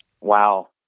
Wow